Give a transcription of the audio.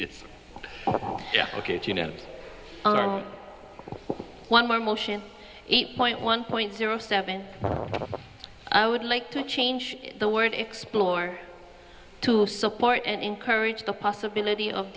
it's ok to you know one motion eight point one point zero seven i would like to change the word explore to support and encourage the possibility of